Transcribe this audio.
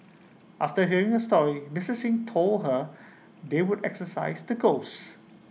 after hearing her story Mister Xing told her they would exorcise the ghosts